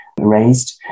raised